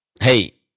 Hey